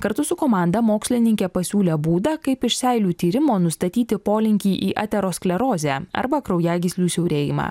kartu su komanda mokslininkė pasiūlė būdą kaip iš seilių tyrimo nustatyti polinkį į aterosklerozę arba kraujagyslių siaurėjimą